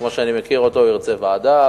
כמו שאני מכיר אותו, הוא ירצה ועדה.